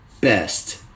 Best